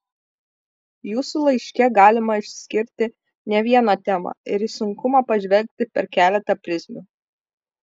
jūsų laiške galima išskirti ne vieną temą ir į sunkumą pažvelgti per keletą prizmių